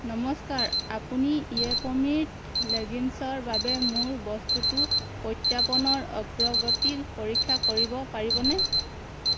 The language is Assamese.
নমস্কাৰ আপুনি য়েপমিত লেগিংছৰ বাবে মোৰ বস্তুটোৰ প্ৰত্যাৰ্পণৰ অগ্ৰগতি পৰীক্ষা কৰিব পাৰিবনে